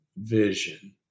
vision